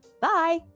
Bye